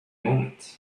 moment